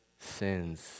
sins